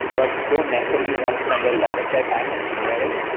but don't necessarily want to spend a lot of their time engineering,